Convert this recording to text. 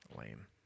lame